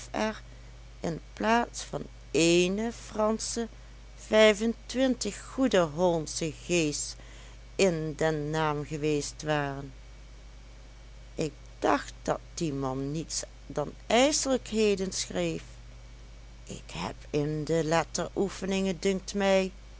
in plaats van ééne fransche vijfentwintig goede hollandsche g's in den naam geweest waren ik dacht dat die man niets dan ijselijkheden schreef ik heb in de letteroefeningen dunkt mij